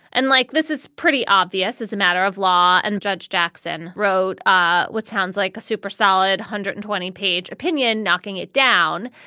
and like this, it's pretty obvious as a matter of law. and judge jackson wrote ah what sounds like a super solid one hundred and twenty page opinion, knocking it down.